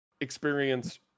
experience